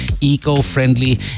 eco-friendly